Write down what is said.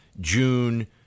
June